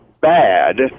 bad